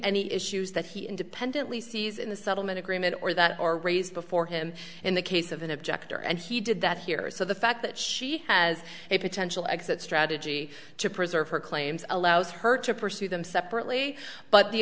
any issues that he independently sees in the settlement agreement or that are raised before him in the case of an objector and he did that here so the fact that she has a potential exit strategy to preserve her claims allows her to pursue them separately but the